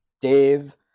Dave